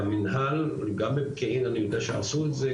שהמנהל גם בפקיעין אני יודע שעשו את זה,